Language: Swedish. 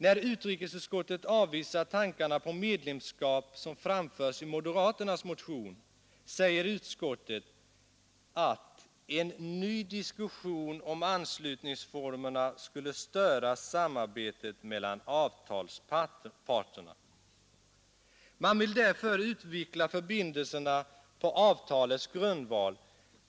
När utrikesutskottet avvisar tankarna på medlemskap som framförs i moderaternas motion, säger utskottet: ”En ny diskussion om anslutningsformerna skulle störa samarbetet mellan avtalsparterna.” Man vill därför utveckla förbindelserna på avtalets grundval.